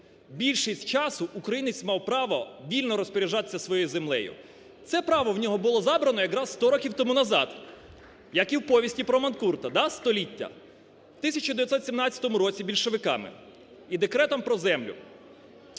більшість часу українець мав право вільно розпоряджатися своєю землею. Це права в нього було забрано якраз сто років тому назад, як і в повісті про манкурта, да, століття, в 1917 році більшовиками і Декретом про землю.